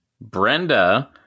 Brenda